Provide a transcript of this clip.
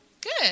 Good